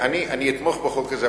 אתמוך בחוק הזה,